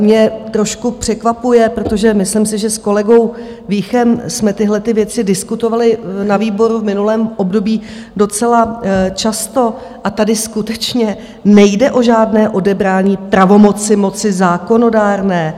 Mě trošku překvapuje, protože myslím si, že s kolegou Víchem jsme tyhlety věci diskutovali na výboru v minulém období docela často, a tady skutečně nejde o žádné odebrání pravomoci moci zákonodárné.